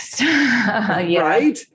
Right